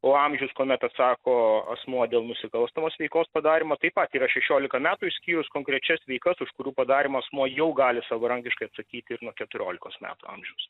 o amžius kuomet atsako asmuo dėl nusikalstamos veikos padarymo taip pat yra šešiolika metų išskyrus konkrečias veikas už kurių padarymą asmuo jau gali savarankiškai atsakyti ir nuo keturiolikos metų amžiaus